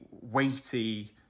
weighty